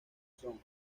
son